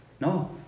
No